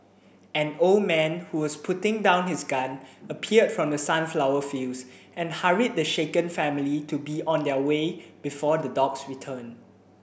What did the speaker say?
an old man who was putting down his gun appeared from the sunflower fields and hurried the shaken family to be on their way before the dogs return